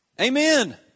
Amen